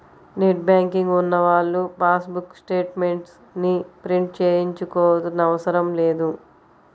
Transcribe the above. net banking ఉన్నవాళ్ళు passbook statements ని print తీయించుకోనవసరం లేదు